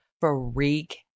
freak